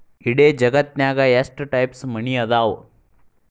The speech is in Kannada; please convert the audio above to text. ಇಡೇ ಜಗತ್ತ್ನ್ಯಾಗ ಎಷ್ಟ್ ಟೈಪ್ಸ್ ಮನಿ ಅದಾವ